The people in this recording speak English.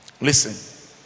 Listen